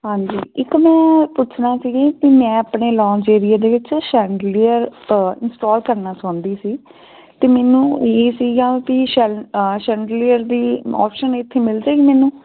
ਹਾਂਜੀ ਇੱਕ ਮੈਂ ਪੁੱਛਣਾ ਸੀ ਕਿ ਮੈਂ ਆਪਣੇ ਲੌਂਚ ਏਰੀਏ ਦੇ ਵਿੱਚ ਸੈਂਡਲੀਅਰ ਇੰਸਟਾਲ ਕਰਨਾ ਚਾਹੁੰਦੀ ਸੀ ਅਤੇ ਮੈਨੂੰ ਇਹ ਸੀਗਾ ਵੀ ਸ਼ੈ ਸੈਂਡਲੀਅਲ ਦੀ ਆਪਸ਼ਨ ਇੱਥੇ ਮਿਲ ਜਾਏਗੀ ਮੈਨੂੰ